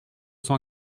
cent